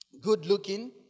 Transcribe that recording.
good-looking